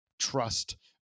trust